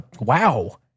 Wow